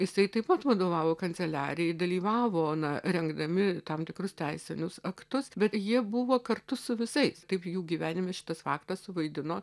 jisai taip pat vadovavo kanceliarijai dalyvavo na rengdami tam tikrus teisinius aktus bet jie buvo kartu su visais kaip jų gyvenime šitas faktas suvaidino